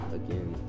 again